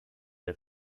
der